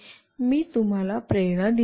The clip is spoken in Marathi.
मी तुम्हाला प्रेरणा दिली आहे